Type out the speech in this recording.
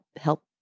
help